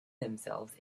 themselves